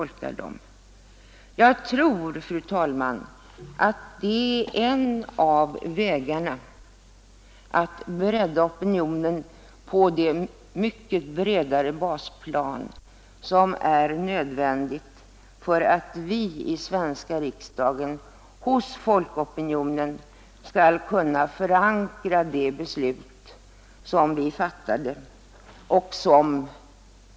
Jag tror, fru talman, att det är en av vägarna för att vi i den svenska riksdagen hos folkopinionen skall kunna förankra det beslut som vi fattat.